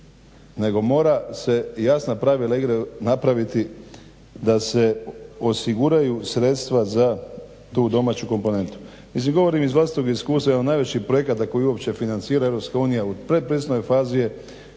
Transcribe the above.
nego mora se jasna pravila igre napraviti da se osiguraju sredstva za tu domaću komponentu. Mislim govorim iz vlastitog iskustva. Jedan od najvećih projekata koji uopće financira EU u pretpristupnoj fazi je